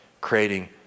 creating